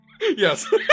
Yes